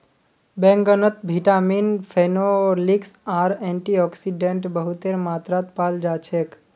बैंगनत vitamin, phenolics आर antioxidant बहुतेर मात्रात पाल जा छेक